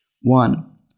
One